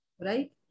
Right